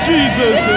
Jesus